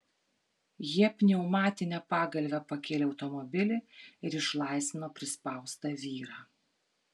jie pneumatine pagalve pakėlė automobilį ir išlaisvino prispaustą vyrą